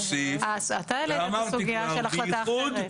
העלית את הסוגיה של החלטה אחרת.